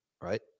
Right